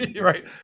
right